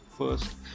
first